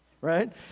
right